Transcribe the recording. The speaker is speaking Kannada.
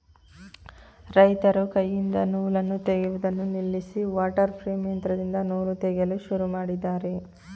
ರೈತರು ಕೈಯಿಂದ ನೂಲನ್ನು ತೆಗೆಯುವುದನ್ನು ನಿಲ್ಲಿಸಿ ವಾಟರ್ ಪ್ರೇಮ್ ಯಂತ್ರದಿಂದ ನೂಲು ತೆಗೆಯಲು ಶುರು ಮಾಡಿದ್ದಾರೆ